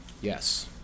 Yes